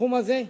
בתחום הזה,